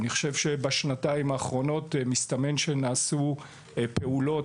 בשנתיים האחרונות מסתמן שנעשו פעולות